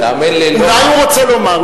תאמין לי, אולי הוא רוצה לומר.